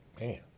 man